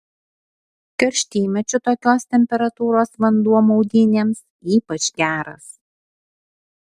karštymečiu tokios temperatūros vanduo maudynėms ypač geras